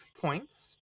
points